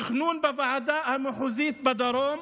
התכנון בוועדה המחוזית בדרום,